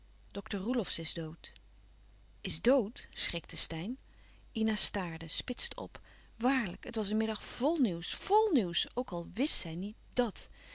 dokter roelofsz is dood is dood schrikte steyn ina staarde spitste op waarlijk het was een middag vl nieuws vl nieuws ook al wist zij niet dàt